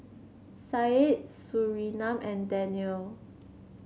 Syed Surinam and Danial